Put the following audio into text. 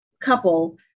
couple